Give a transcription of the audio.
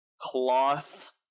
cloth